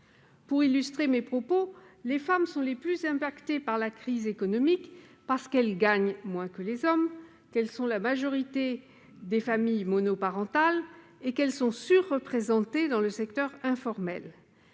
Pour illustrer mon propos, je rappelle que les femmes sont les plus touchées par la crise économique, parce qu'elles gagnent moins que les hommes, qu'elles constituent la majorité des familles monoparentales et qu'elles sont surreprésentées dans le secteur informel.